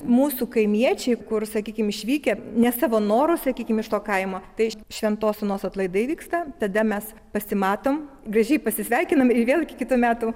mūsų kaimiečiai kur sakykim išvykę ne savo noru sakykim iš to kaimo tai šventos onos atlaidai vyksta tada mes pasimatom gražiai pasisveikinam ir vėl iki kitų metų